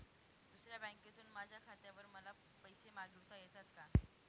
दुसऱ्या बँकेतून माझ्या खात्यावर मला पैसे मागविता येतात का?